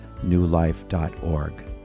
newlife.org